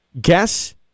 Guess